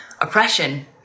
oppression